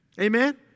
Amen